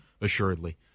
assuredly